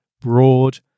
broad